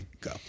Go